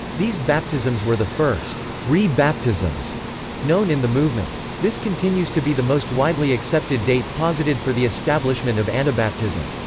these baptisms were the first re-baptisms known in the movement. this continues to be the most widely accepted date posited for the establishment of anabaptism.